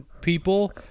people